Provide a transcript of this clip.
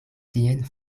tien